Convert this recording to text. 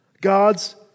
god's